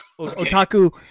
Otaku